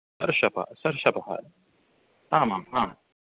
सर्षप सर्षपः आमाम् हा